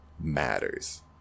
matters